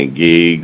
gigs